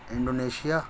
Indonesia